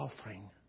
offering